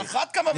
על אחת כמה וכמה .